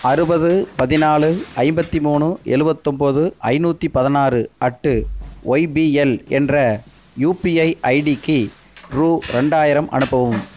அறுபது பதினாலு ஐம்பத்து மூணு எழுபத்துதொம்போது ஐநூற்றி பதினாறு அட் ஒய்பிஎல் என்ற யுபிஐ ஐடிக்கு ரூ ரெண்டாயிரம் அனுப்பவும்